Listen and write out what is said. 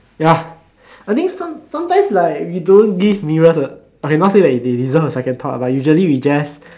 ya I think some sometimes like we don't give mirrors a okay not say that they deserve a second thought but usually we just